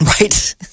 Right